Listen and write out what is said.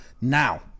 now